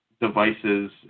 devices